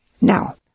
Now